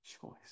choice